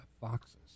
foxes